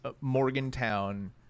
Morgantown